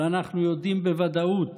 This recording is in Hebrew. אנחנו יודעים בוודאות